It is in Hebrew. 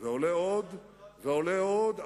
ועולה ועולה עוד,